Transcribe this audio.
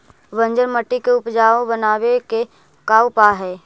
बंजर मट्टी के उपजाऊ बनाबे के का उपाय है?